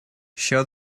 show